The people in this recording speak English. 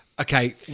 Okay